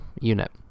unit